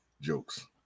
jokes